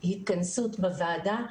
התכנסות הוועדה,